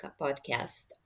podcast